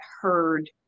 heard